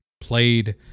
played